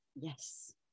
Yes